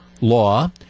law